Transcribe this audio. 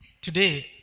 Today